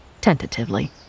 tentatively